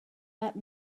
that